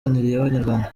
inyarwanda